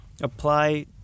apply